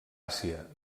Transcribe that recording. àsia